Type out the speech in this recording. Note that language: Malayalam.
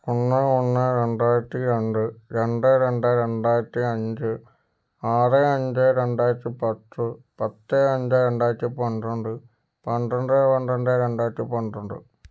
ഒന്ന് ഒന്ന് രണ്ടായിരത്തി രണ്ട് രണ്ടേ രണ്ടേ രണ്ടായിരത്തി അഞ്ച് ആറ് അഞ്ച് രണ്ടായിരത്തി പത്ത് പത്ത് രണ്ട് രണ്ടായിരത്തി പന്ത്രണ്ട് പന്ത്രണ്ട് പന്ത്രണ്ട് രണ്ടായിരത്തി പന്ത്രണ്ട്